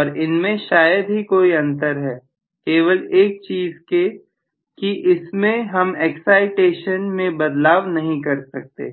और इनमें शायद ही कोई अंतर है केवल एक चीज के कि इसमें हम एक्साइटेशन मैं बदलाव नहीं कर सकते